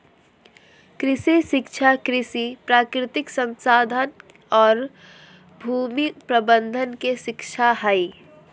कृषि शिक्षा कृषि, प्राकृतिक संसाधन औरो भूमि प्रबंधन के शिक्षा हइ